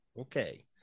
Okay